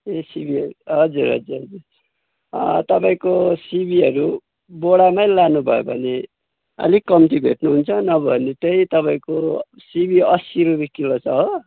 ए सिँबीहरू हजुर हजुर हजुर तपाईँको सिँबीहरू बोरा नै लानुभयो भने अलिक कम्ती भेट्नुहुन्छ नभए भने त्यही तपाईँको सिँबी अस्सी रुपियाँ किलो छ हो